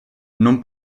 non